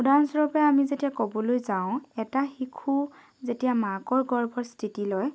উদাহৰণস্বৰূপে আমি যেতিয়া কবলৈ যাওঁ এটা শিশু যেতিয়া মাকৰ গৰ্ভত স্থিতি লয়